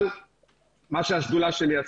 השדולה שלי,